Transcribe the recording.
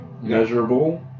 Measurable